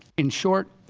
in short,